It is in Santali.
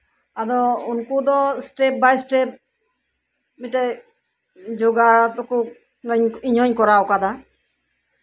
ᱟᱫᱚ ᱩᱱᱠᱩ ᱫᱚ ᱮᱴᱮᱯ ᱵᱟᱭ ᱮᱴᱮᱯ ᱢᱤᱫᱴᱮᱡ ᱡᱳᱜᱟ ᱫᱚᱠᱚ ᱤᱧ ᱦᱚᱧ ᱠᱚᱨᱟᱣ ᱠᱟᱫᱟ